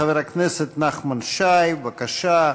חבר הכנסת נחמן שי, בבקשה.